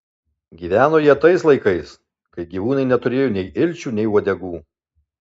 gyveno jie tais laikais kai gyvūnai neturėjo nei ilčių nei uodegų